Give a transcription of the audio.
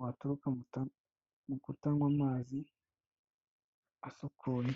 waturuka mu kutanywa amazi asukuye.